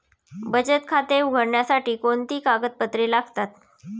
बचत खाते उघडण्यासाठी कोणती कागदपत्रे लागतात?